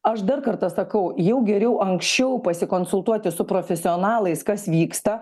aš dar kartą sakau jau geriau anksčiau pasikonsultuoti su profesionalais kas vyksta